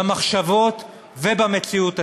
במחשבות ובמציאות עצמה.